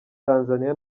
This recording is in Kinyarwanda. tanzania